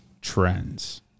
trends